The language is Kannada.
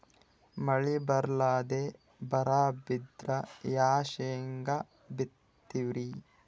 ಮಳಿ ಬರ್ಲಾದೆ ಬರಾ ಬಿದ್ರ ಯಾ ಶೇಂಗಾ ಬಿತ್ತಮ್ರೀ?